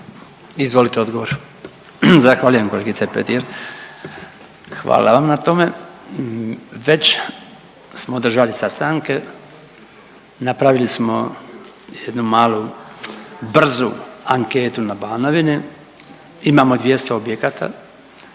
Branko (HDZ)** Zahvaljujem kolegice Petir, hvala vam na tome. Već smo održali sastanke, napravili smo jednu malu brzu anketu na Banovini, imamo 200 objekata